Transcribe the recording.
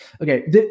Okay